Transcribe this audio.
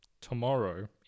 tomorrow